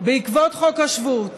בעקבות חוק השבות